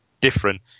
different